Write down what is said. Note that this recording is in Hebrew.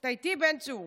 אתה איתי, בן צור?